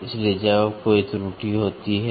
इसलिए जब कोई त्रुटि होती है